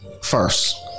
first